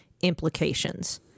implications